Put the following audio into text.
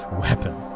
weapon